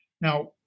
now